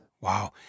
Wow